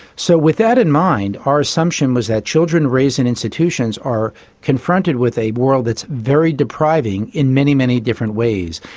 so with that in mind, our assumption was that children raised in institutions are confronted with a world that's very depriving in many, many different ways.